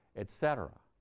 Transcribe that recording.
et cetera.